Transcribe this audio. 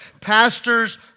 pastors